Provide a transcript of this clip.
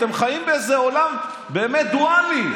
אתם חיים באיזה עולם, באמת דואלי.